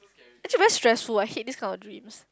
actually very stressful I hate this kind of dreams